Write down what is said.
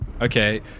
Okay